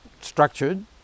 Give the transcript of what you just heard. structured